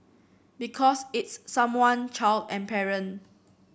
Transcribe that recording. because it's someone child and parent